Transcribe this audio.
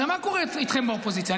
הרי מה קורה איתכם באופוזיציה?